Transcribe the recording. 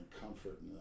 comfort